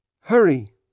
Hurry